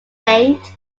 named